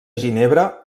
ginebra